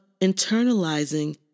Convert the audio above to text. internalizing